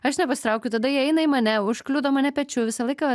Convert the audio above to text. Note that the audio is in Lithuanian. aš nepasitraukiu tada jie eina į mane užkliudo mane pečiu visą laiką